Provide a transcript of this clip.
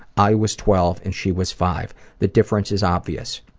i was twelve and she was five. the difference is obvious.